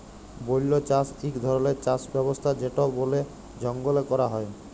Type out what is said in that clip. বল্য চাষ ইক ধরলের চাষ ব্যবস্থা যেট বলে জঙ্গলে ক্যরা হ্যয়